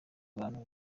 abantu